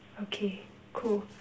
okay cool